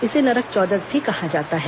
इसे नरक चौदस भी कहा जाता है